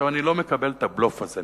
אני לא מקבל את הבלוף הזה.